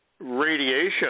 radiation